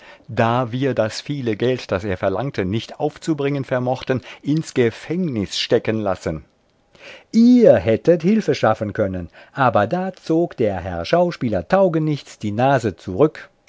da wir das viele geld das er verlangte nicht aufzubringen vermachten ins gefängnis stecken lassen ihr hättet hilfe schaffen können aber da zog der herr schauspieler taugenichts die nase zurück